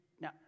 Now